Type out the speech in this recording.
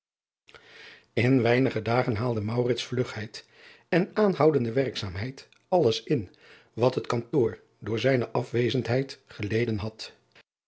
n weinige dagen haalde vlugheid en aanhoudende werkzaamheid alles in wat het kantoor door zijne afwezendheid geleden had